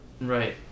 right